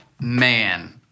Man